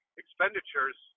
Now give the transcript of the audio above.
expenditures